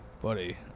Buddy